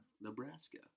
Nebraska